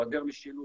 מהיעדר משילות,